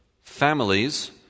Families